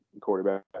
quarterback